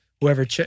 Whoever